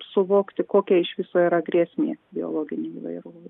suvokti kokia iš viso yra grėsmė biologinei įvairovei